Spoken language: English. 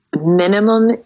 minimum